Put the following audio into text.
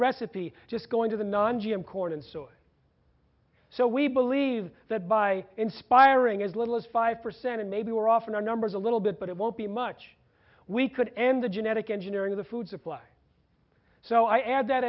recipe just going to the non g m corn and soy so we believe that by inspiring as little as five percent maybe we're off in our numbers a little bit but it won't be much we could end the genetic engineering of the food supply so i add that